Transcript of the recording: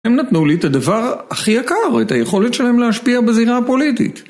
הם נתנו לי את הדבר הכי יקר, את היכולת שלהם להשפיע בזינה הפוליטית.